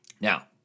Now